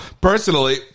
personally